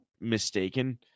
mistaken